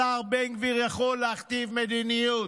השר בן גביר יכול להכתיב מדיניות,